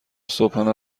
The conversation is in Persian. صبحانه